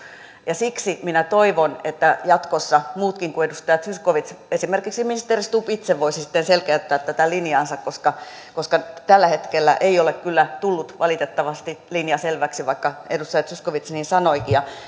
siksi minä toivon että jatkossa muutkin kuin edustaja zyskowicz esimerkiksi ministeri stubb itse voisi sitten selkeyttää tätä linjaansa koska koska tällä hetkellä ei ole kyllä tullut valitettavasti linja selväksi vaikka edustaja zyskowicz niin sanoikin